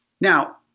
Now